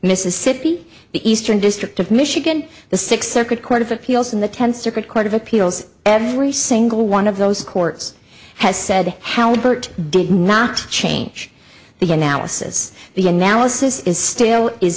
mississippi the eastern district of michigan the sixth circuit court of appeals in the tenth circuit court of appeals every single one of those courts has said halbert did not change the analysis the analysis is still is